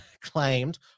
claimed